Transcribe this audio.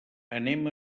anem